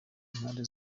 impande